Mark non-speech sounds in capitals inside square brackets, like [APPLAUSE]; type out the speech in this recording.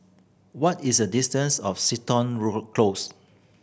what is the distance of Crichton [UNINTELLIGIBLE] Close